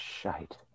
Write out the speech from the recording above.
shite